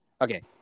okay